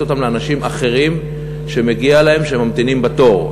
אותה לאנשים אחרים שמגיע להם והם ממתינים בתור.